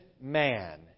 man